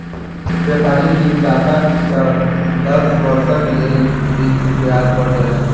व्यापारी ऋणदाता से दस वर्षक लेल ऋण ब्याज पर लेलैन